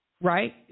Right